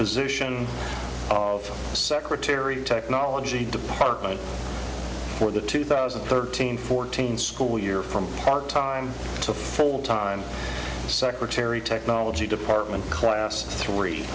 position of secretary technology department for the two thousand and thirteen fourteen school year from part time to full time secretary technology department class three